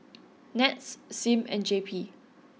Nets Sim and J P